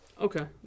Okay